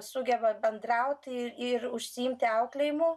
sugeba bendrauti ir užsiimti auklėjimu